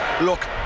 look